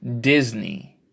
Disney